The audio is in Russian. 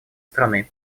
страны